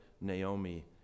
Naomi